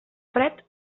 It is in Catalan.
fred